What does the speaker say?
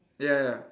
ya ya